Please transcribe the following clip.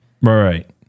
Right